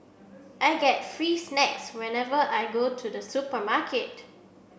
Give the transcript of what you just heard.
I get free snacks whenever I go to the supermarket